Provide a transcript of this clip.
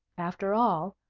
after all,